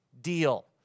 deal